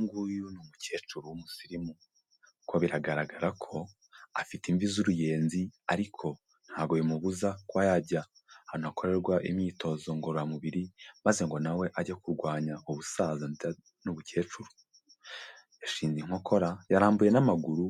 Uyu nguyu ni umukecuru w'umusirimu, ariko biragaragara ko afite imvi z'uruyenzi ariko ntago bimubuza kuba yajya ahantu hakorerwa imyitozo ngororamubiri, maze ngo nawe ajye kurwanya ubusaza n'ubukecuru, yashinze inkokora yarambuye n'amaguru